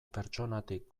pertsonatik